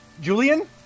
Julian